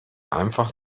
einfach